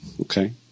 okay